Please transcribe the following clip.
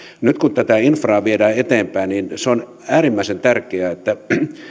nyt kun infraa viedään eteenpäin niin se on äärimmäisen tärkeää että